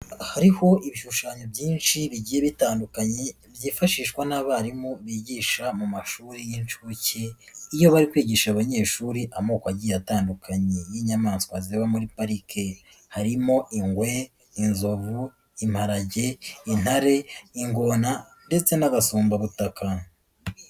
Hariho ibishushanyo byinshi bigiye bitandukanye byifashishwa n'abarimu bigisha mu mashuri y'inshuke iyo bari kwigisha abanyeshuri amoko agiye atandukanye y'inyamaswa ziba muri parike harimo ingwe, inzovu, imparage, intare, ingona ndetse n'agasumbabutaka.